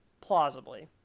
plausibly